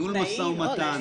בניהול מו"מ.